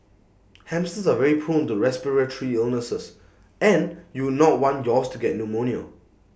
hamsters are very prone to respiratory illnesses and you would not want yours to get pneumonia